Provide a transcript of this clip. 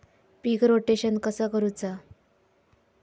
पीक rotation कसा करूचा?